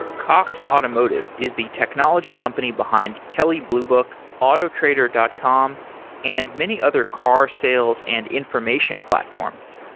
cox automotive is the technology company behind kelly blue book, autotrader dot com and many other car sales and information platforms.